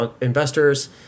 investors